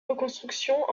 reconstruction